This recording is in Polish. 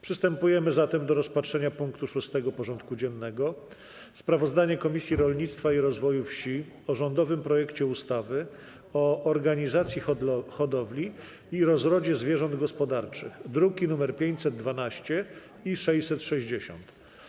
Przystępujemy do rozpatrzenia punktu 6. porządku dziennego: Sprawozdanie Komisji Rolnictwa i Rozwoju Wsi o rządowym projekcie ustawy o organizacji hodowli i rozrodzie zwierząt gospodarskich (druki nr 512 i 660)